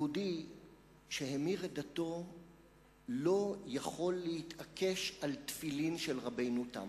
יהודי שהמיר את דתו לא יכול להתעקש על תפילין של רבנו תם,